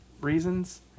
reasons